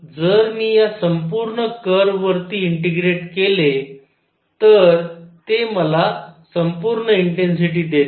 तर जर मी या संपूर्ण कर्व वरती इंटीग्रेट केले तर ते मला संपूर्ण इंटेन्सिटी देते